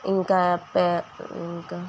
ఇంకా ఇంకా